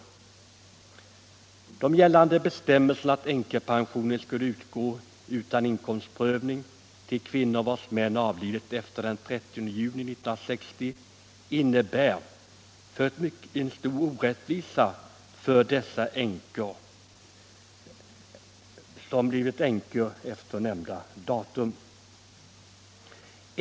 Enligt gällande bestämmelser skall änkepension utgå utan inkomstprövning till kvinnor vilkas män avlidit efter den 30 juni 1960, och det innebär en stor orättvisa för de kvinnor som har blivit änkor före nämnda datum.